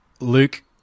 Luke